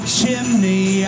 chimney